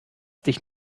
dich